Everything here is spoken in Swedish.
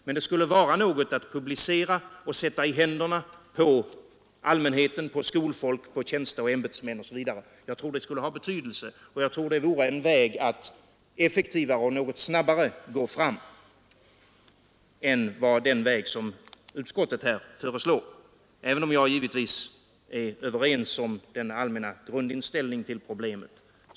Men den skulle vara något att publicera och sätta i händerna på allmänheten, på skolfolk, på tjänsteoch ämbetsmän osv. Jag tror det vore en väg att effektivare och snabbare få fram resultat än den väg som utskottet föreslår, även om jag givetvis är överens med utskottet om den allmänna grundinställningen till problemet.